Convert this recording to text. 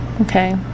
Okay